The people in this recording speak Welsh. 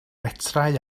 metrau